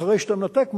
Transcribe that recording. אחרי שאתה מנתק מים,